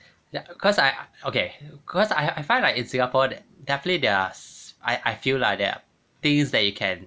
ya cause I okay cause I I found like in singapore that definitely there are I feel like there are things that you can